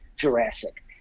Jurassic